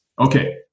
Okay